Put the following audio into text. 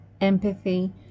empathy